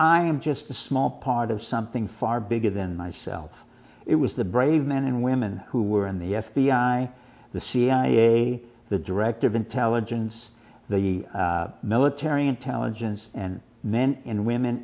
i am just a small part of something far bigger than myself it was the brave men and women who were in the f b i the cia the director of intelligence the military intelligence and men and women